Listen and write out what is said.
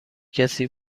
کسی